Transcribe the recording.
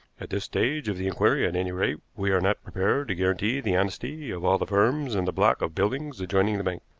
at this stage of the inquiry, at any rate, we are not prepared to guarantee the honesty of all the firms in the block of buildings adjoining the bank.